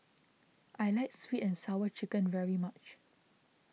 I like Sweet and Sour Chicken very much